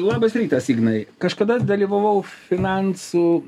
labas rytas ignai kažkada dalyvavau finansų